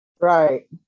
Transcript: right